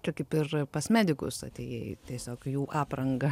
tai kaip ir pas medikus atėjai tiesiog jų apranga